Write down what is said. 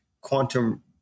quantum